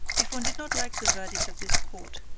if one did not like the verdict of this court,